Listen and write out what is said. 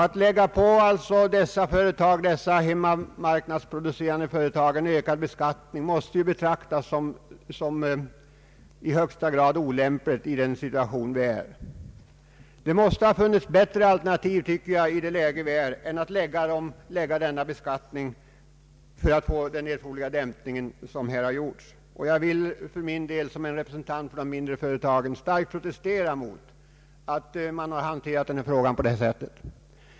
Att lägga en ökad beskattning på dessa hemmamarknadsproducerande företag måste betraktas som i högsta grad olämpligt i nuvarande situation. Det borde ha funnits bättre alternativ än denna beskattning för att uppnå den erforderliga dämpningen. Jag vill som representant för de mindre företagen starkt protestera mot att frågan hanterats på detta sätt.